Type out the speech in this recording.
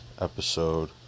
episode